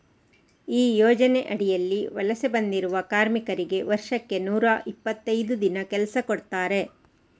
ಈ ಯೋಜನೆ ಅಡಿಯಲ್ಲಿ ವಲಸೆ ಬಂದಿರುವ ಕಾರ್ಮಿಕರಿಗೆ ವರ್ಷಕ್ಕೆ ನೂರಾ ಇಪ್ಪತ್ತೈದು ದಿನ ಕೆಲಸ ಕೊಡ್ತಾರೆ